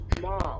mom